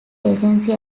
agency